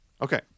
Okay